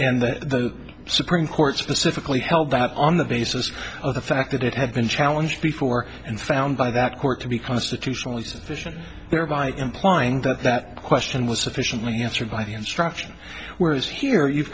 and the supreme court specifically held that on the basis of the fact that it had been challenged before and found by that court to be constitutionally sufficient thereby implying that that question was sufficiently answered by the instruction whereas here you've